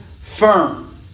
firm